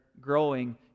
growing